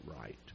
right